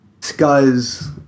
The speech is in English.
scuzz